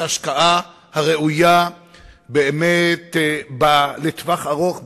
ההשקעה הראויה באמת לטווח ארוך במדע,